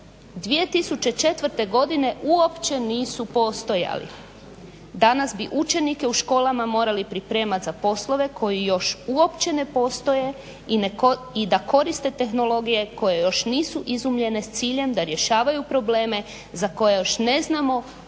2004. godine uopće nisu postojali. Danas bi učenike u školama morali pripremati za poslove koji još uopće ne postoje i da koriste tehnologije koje još nisu izumljene s ciljem da rješavaju probleme za koje još ne znamo